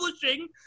publishing